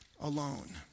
alone